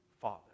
Father